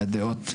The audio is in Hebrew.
והדעות,